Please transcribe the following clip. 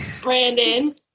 Brandon